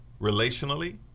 relationally